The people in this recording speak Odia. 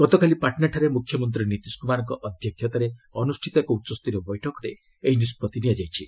ଗତକାଲି ପାଟ୍ନାଠାରେ ମ୍ରଖ୍ୟମନ୍ତ୍ରୀ ନୀତିଶ କୃମାରଙ୍କ ଅଧ୍ୟକ୍ଷତାରେ ଅନ୍ଦ୍ରଷ୍ଠିତ ଏକ ଉଚ୍ଚସ୍ତରୀୟ ବୈଠକରେ ଏହି ନିଷ୍ପଭି ନିଆଯାଇଛି